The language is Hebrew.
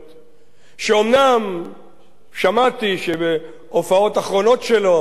שאומנם שמעתי שבהופעות האחרונות שלו הוא אומר